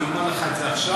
אני אומר לך את זה עכשיו,